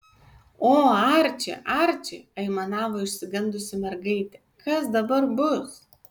o arči arči aimanavo išsigandusi mergaitė kas dabar bus